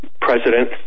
president